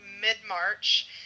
mid-March